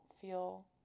feel